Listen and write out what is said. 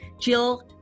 Jill